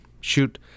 shoot